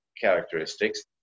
characteristics